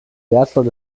wertvoll